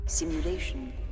Simulation